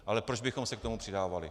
Ale proč bychom se k tomu přidávali?